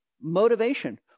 motivation